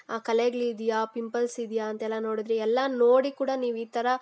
ಆ ಕಲೆಗ್ಳು ಇದೆಯಾ ಪಿಂಪಲ್ಸ್ ಇದೆಯಾ ಅಂತೆಲ್ಲ ನೋಡಿದ್ರಿ ಎಲ್ಲ ನೋಡಿ ಕೂಡ ನೀವು ಈ ಥರ